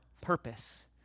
purpose